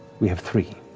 we have three.